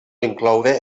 incloure